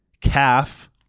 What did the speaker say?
calf